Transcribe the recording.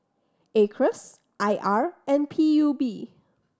Acres I R and P U B